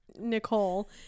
Nicole